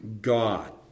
God